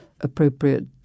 appropriate